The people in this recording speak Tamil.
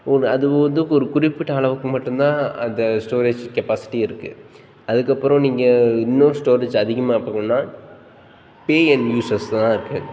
உன் அதுவும் இதுக்கொரு குறிப்பிட்ட அளவுக்கு மட்டும் தான் அந்த ஸ்டோரேஜ் கெப்பாசிட்டி இருக்குது அதுக்கப்புறம் நீங்கள் இன்னும் ஸ்டோரேஜ் அதிகமாக ஆக்குகுன்னால் பே அண்ட் யூஸஸ் தான் இருக்குது